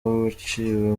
wiciwe